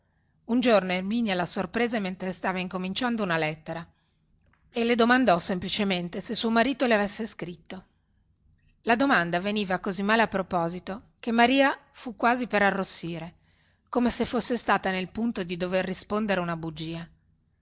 un giorno erminia la sorprese mentre stava incominciando una lettera e le domandò semplicemente se suo marito le avesse scritto la domanda veniva così male a proposito che maria fu quasi per arrossire come se fosse stata nel punto di dover rispondere una bugia